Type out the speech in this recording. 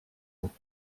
ans